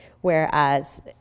Whereas